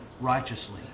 righteously